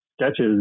sketches